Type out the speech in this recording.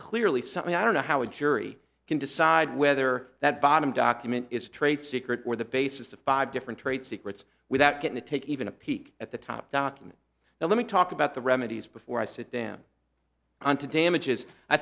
clearly something i don't know how a jury can decide whether that bottom document is trade secret or the basis of five different trade secrets without getting a take even a peek at the top documents now let me talk about the remedies before i sit them on to damages i